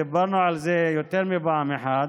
דיברנו על זה יותר מפעם אחת,